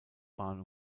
bahn